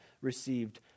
received